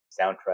soundtrack